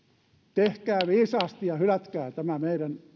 tehkää viisaasti ja hylätkää tämä meidän